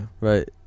Right